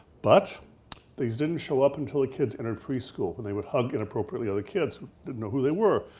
but they didn't show up until the kids entered preschool when they would hug inappropriately other kids who didn't know who they were.